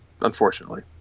unfortunately